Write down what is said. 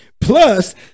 Plus